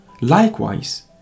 likewise